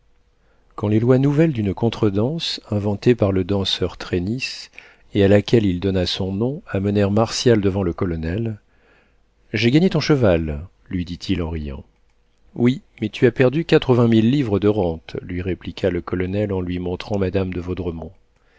quand les lois nouvelles d'une contredanse inventée par le danseur trénis et à laquelle il donna son nom amenèrent martial devant le colonel j'ai gagné ton cheval lui dit-il en riant oui mais tu as perdu quatre-vingt mille livres de rente lui répliqua le colonel en lui montrant madame de